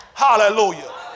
Hallelujah